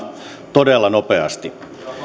todella nopeasti